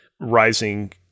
rising